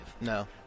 No